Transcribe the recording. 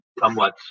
somewhat